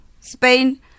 Spain